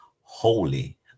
holy